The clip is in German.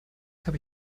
habe